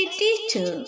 teacher